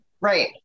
Right